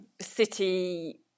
city